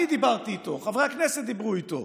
אני דיברתי איתו, חברי הכנסת דיברו איתו.